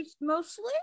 mostly